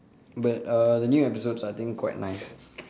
but uh the new episodes I think quite nice